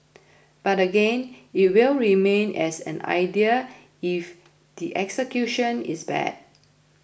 but again it will remain as an idea if the execution is bad